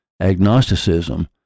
agnosticism